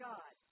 God